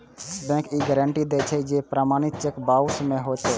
bank ई guarantee दै छै, जे प्रमाणित चेक बाउंस नै हेतै